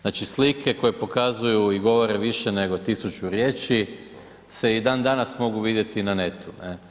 Znači slike koje pokazuju i govore više nego tisuću riječi se i dan danas mogu vidjeti na netu, ne.